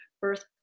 birth